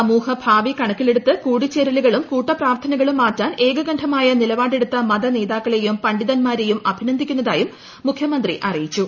സമൂഹഭാവി ക്ട്ണക്കിലെടുത്ത് കൂടിച്ചേരലുകളും കൂട്ട പ്രാർത്ഥനകളും മാറ്റാൻ ഏകകണ്ഠമായ നിലപാടെടുത്ത മതനേതാക്കളെയും പണ്ഡിതന്മാരെയും അഭിനന്ദിക്കുന്നതായും മുഖ്യമന്ത്രി അറിയിച്ചു